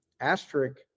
asterisk